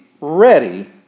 ready